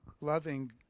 loving